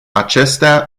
acestea